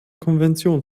konvention